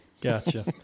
Gotcha